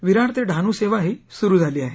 विरार ते डहाणू सेवाही सुरु झाली आहे